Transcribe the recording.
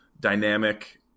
dynamic